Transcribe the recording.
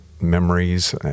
memories